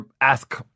ask